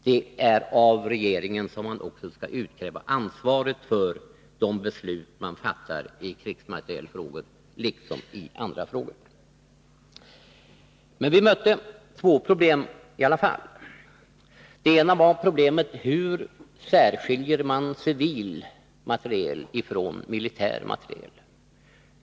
Det är också av regeringen som man skall utkräva ansvaret för de beslut som fattas i krigsmaterielfrågor liksom i andra frågor. Men vi mötte två problem i alla fall. Det ena var problemet: Hur särskiljer man civil materiel från militär materiel?